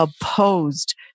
opposed